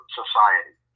society